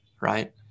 right